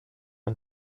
and